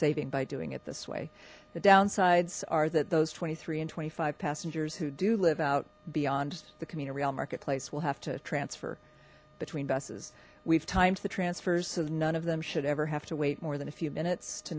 saving by doing it this way the downsides are that those twenty three and twenty five passengers who do live out beyond the camino real marketplace will have to transfer between buses we've timed the transfers so none of them should ever have to wait more than a few minutes to